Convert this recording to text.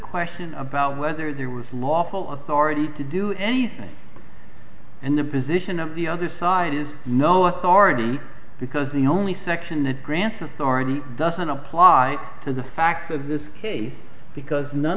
question about whether there was lawful authority to do anything and the position of the other side is no authority because the only section that grants authority doesn't apply to the facts of this case because none